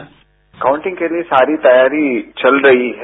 sound bite counting के लिए सारी तैयारी चल रही है